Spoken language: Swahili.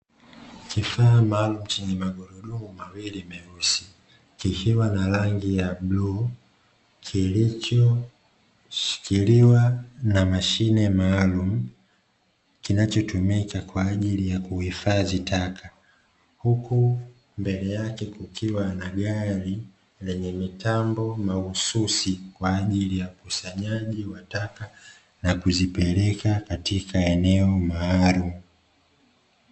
Kifaa maalumu chenye magurudumu mawili meusi, kikiwa na rangi ya bluu, kilichoshikiliwa na mashine maalumu, kinachotumika kwa ajili ya kuhifadhi taka. Huku mbele yake kukiwa na gari lenye mitambo mahususi kwa ajili ya ukusanyaji wa taka na kuzipeleka katika eneo maalumu.